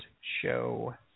show